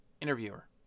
Interviewer